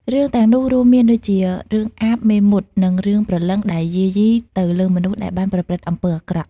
រឿងទាំងនោះរួមមានដូចជា រឿង អាប មេមត់ និងរឿងព្រលឹងដែលយាយីទៅលើមនុស្សដែលបានប្រព្រឹត្តអំពើអាក្រក់។